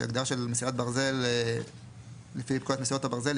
שהיא הגדרה של מסילת ברזל לפי פקודת מסילות הברזל,